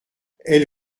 elle